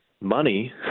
Money